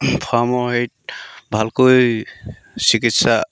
ফাৰ্মৰ হেৰিত ভালকৈ চিকিৎসা